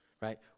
right